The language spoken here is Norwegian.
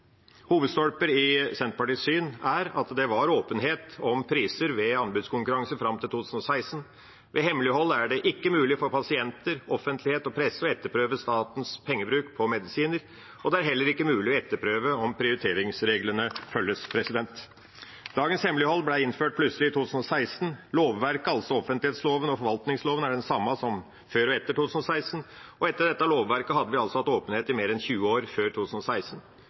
Hovedstolper i Senterpartiets syn er at det var åpenhet om priser ved anbudskonkurranse fram til 2016. Ved hemmelighold er det ikke mulig for pasienter, offentlighet og presse å etterprøve statens pengebruk på medisiner, og det er heller ikke mulig å etterprøve om prioriteringsreglene følges. Dagens hemmelighold ble innført plutselig i 2016. Lovverket – altså offentlighetsloven og forvaltningsloven – er det samme som før og etter 2016, og etter dette lovverket hadde vi altså hatt åpenhet i mer enn 20 år før 2016.